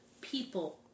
people